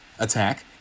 attack